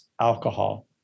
alcohol